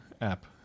app